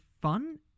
fun